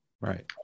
right